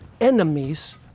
enemies